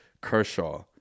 kershaw